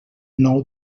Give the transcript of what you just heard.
nou